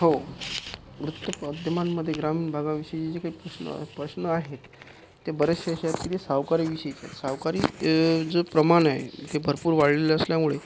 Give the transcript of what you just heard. हो वृत्तमाध्यमांमध्ये ग्रामीण भागाविषयी जे काही प्रश्न प्रश्न आहेत ते बरेचसे जे आहेत ते सावकारी विषयीचे आहेत सावकारी जे प्रमाण आहे ते भरपूर वाढलेले असल्यामुळे